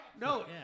No